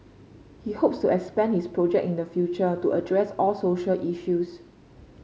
he hopes to expand his project in the future to address all social issues